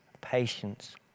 patience